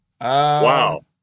wow